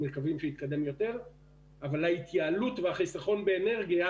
אבל ההתייעלות והחיסכון באנרגיה,